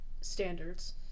standards